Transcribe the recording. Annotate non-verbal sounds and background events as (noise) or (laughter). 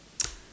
(noise)